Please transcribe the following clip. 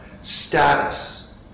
status